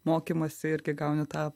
mokymąsi irgi gauni tą